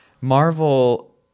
Marvel